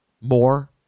more